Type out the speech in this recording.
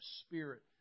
spirit